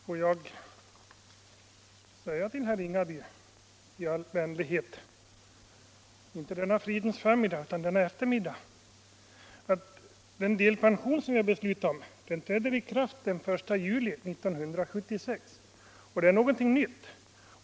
Nr 76 Herr talman! Får jag säga till herr Ringaby i all vänlighet — inte denna fridens förmiddag utan denna eftermiddag — att den delpension som riksdagen har beslutat om träder i kraft den 1 juli 1976. Och detta är något I nytt.